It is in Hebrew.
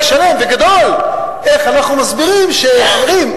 שלם וגדול איך אנחנו מסבירים שחברים,